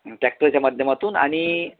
टॅक्टरच्या माध्यमातून आणि